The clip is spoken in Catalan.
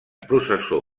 processó